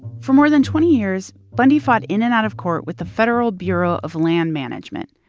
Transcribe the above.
for more than twenty years, bundy fought in and out of court with the federal bureau of land management.